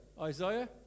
Isaiah